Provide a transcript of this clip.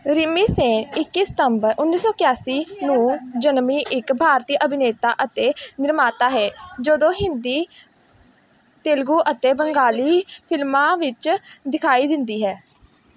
ਰਿਮੀ ਸੇਨ ਇੱਕੀ ਸਤੰਬਰ ਉੱਨੀ ਸੌ ਇਕਾਸੀ ਨੂੰ ਜਨਮੀ ਇੱਕ ਭਾਰਤੀ ਅਭਿਨੇਤਰੀ ਅਤੇ ਨਿਰਮਾਤਾ ਹੈ ਜੋ ਹਿੰਦੀ ਤੇਲਗੂ ਅਤੇ ਬੰਗਾਲੀ ਫ਼ਿਲਮਾਂ ਵਿੱਚ ਦਿਖਾਈ ਦਿੰਦੀ ਹੈ